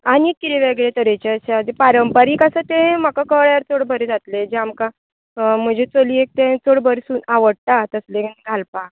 आनीक कितें वेगळे तरेचें आसा तें पारंपारीक आसा तें म्हाका कळ्ळ्यार चड बरें जातलें जें आमकां म्हजे चलयेक तें चड बरें सु आवडटा तसलें घालपाक